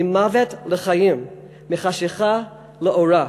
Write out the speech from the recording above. ממוות לחיים, מחשכה לאורה.